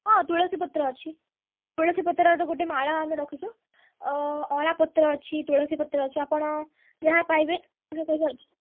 ହଁ ତୁଳସୀ ପତ୍ର ଅଛି ତୁଳସୀ ପତ୍ରର ଗୋଟେ ମାଳ ଆମେ ରଖିଛୁ ଅଁଳା ପତ୍ର ଅଛି ତୁଳସୀ ପତ୍ର ଅଛି ଆପଣ ଯାହା ପାଇବେ